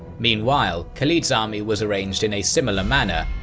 meanwhile, khalid's army was arranged in a similar manner,